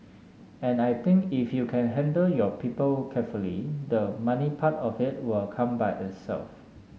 and I think if you can handle your people carefully the money part of it will come by itself